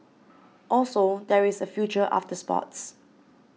also there is a future after sports